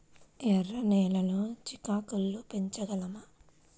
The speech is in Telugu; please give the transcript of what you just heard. ఎర్ర నెలలో చిక్కుళ్ళు పెంచగలమా?